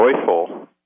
joyful